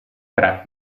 tre